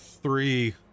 Three